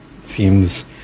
Seems